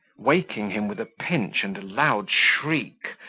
waking him with a pinch and a loud shriek,